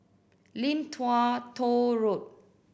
Lim Tua Tow Road